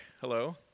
hello